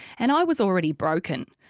and i was already broken.